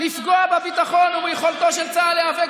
לפגוע בביטחון וביכולתו של צה"ל להיאבק